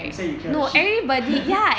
you say you clear the shit